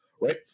right